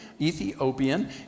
Ethiopian